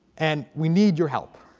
and we need your help